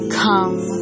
come